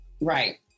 Right